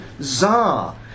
czar